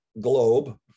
globe